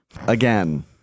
Again